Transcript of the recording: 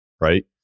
right